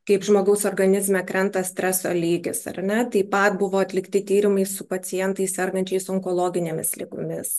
kaip žmogaus organizme krenta streso lygis ar ne taip pat buvo atlikti tyrimai su pacientais sergančiais onkologinėmis ligomis